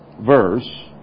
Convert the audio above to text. verse